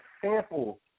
sample